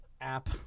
app